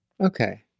Okay